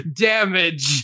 damage